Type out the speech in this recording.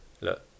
Look